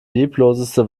liebloseste